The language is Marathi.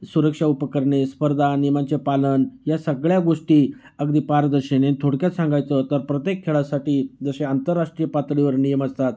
सुरक्षा उपकरणे स्पर्धा नियमांचे पालन या सगळ्या गोष्टी अगदी पारदर्शेने थोडक्यात सांगायचं तर प्रत्येक खेळासाठी जसे आंतरराष्ट्रीय पातळीवर नियम असतात